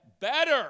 better